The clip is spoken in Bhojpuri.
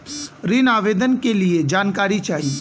ऋण आवेदन के लिए जानकारी चाही?